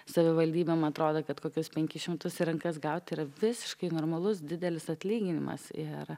savivaldybė man atrodo kad kokius penkis šimtus į rankas gauti yra visiškai normalus didelis atlyginimas ir